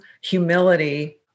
humility